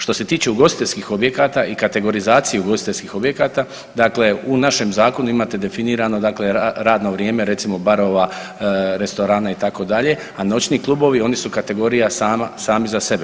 Što se tiče ugostiteljskih objekata i kategorizacije ugostiteljskih objekata dakle u našem zakonu imate definirano dakle radno vrijeme recimo barova, restorana itd., a noćni klubovi, oni su kategorija sama, sami za sebe.